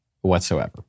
whatsoever